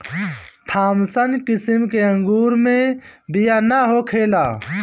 Thompson किसिम के अंगूर मे बिया ना होखेला